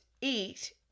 eat